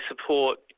support